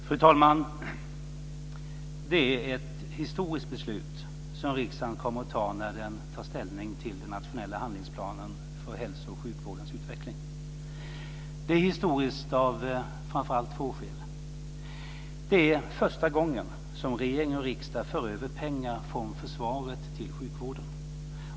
Fru talman! Det är ett historiskt beslut som riksdagen kommer att fatta när den tar ställning till den nationella handlingsplanen för hälso och sjukvårdens utveckling. Det är historiskt av framför allt två skäl. Det är första gången som regering och riksdag för över pengar från försvaret till sjukvården.